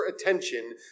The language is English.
attention